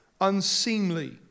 unseemly